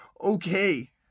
okay